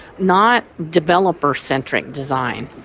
not developer centric design.